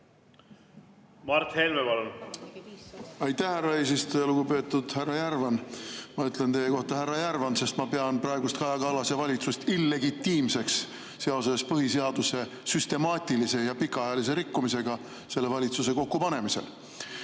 Mart Helme, palun! Aitäh, härra eesistuja! Lugupeetud härra Järvan! Ma ütlen teie kohta härra Järvan, sest ma pean praegust Kaja Kallase valitsust illegitiimseks seoses põhiseaduse süstemaatilise ja pikaajalise rikkumisega selle valitsuse kokkupanemisel. Minu